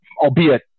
albeit